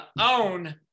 own